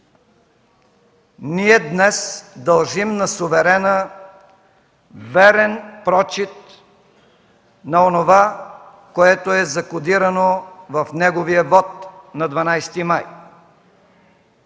Ние днес дължим на суверена верен прочит на онова, което е закодирано в неговия вот на 12 май